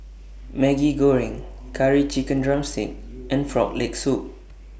Maggi Goreng Curry Chicken Drumstick and Frog Leg Soup